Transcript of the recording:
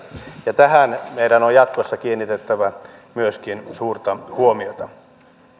ja tähän meidän on jatkossa kiinnitettävä myöskin suurta huomiota